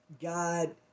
God